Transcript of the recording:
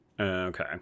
Okay